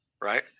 right